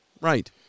Right